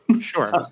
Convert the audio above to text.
Sure